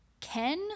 Ken